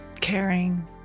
Caring